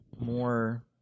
More